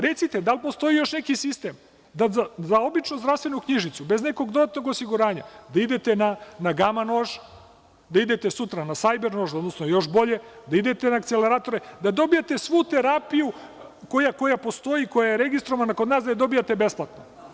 Recite, da li postoji još neki sistem da za običnu zdravstvenu knjižicu bez nekog dodatnog osiguranja, da idete na gama nož, da idete sutra na sajber nož, odnosno još bolje, da idete na akceleratore, da dobijete svu terapiju koja postoji i koja je registrovana kod nas, da je dobijete besplatno.